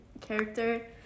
character